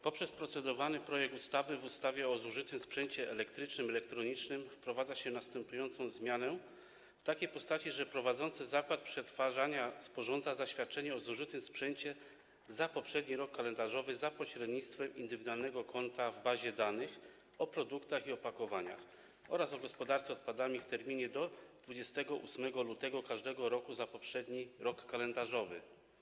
Poprzez procedowany projekt ustawy w ustawie o zużytym sprzęcie elektrycznym i elektronicznym wprowadza się zmianę w takiej postaci, że prowadzący zakład przetwarzania sporządza zaświadczenie o zużytym sprzęcie za poprzedni rok kalendarzowy za pośrednictwem indywidualnego konta w bazie danych o produktach i opakowaniach oraz gospodarce odpadami w terminie do 28 lutego każdego roku za poprzedni rok kalendarzowy.